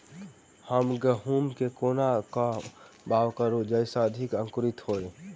हम गहूम केँ कोना कऽ बाउग करू जयस अधिक अंकुरित होइ?